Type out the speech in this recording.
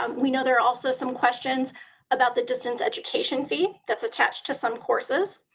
um we know there are also some questions about the distance education fee that's attached to some courses.